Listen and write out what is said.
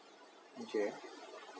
okay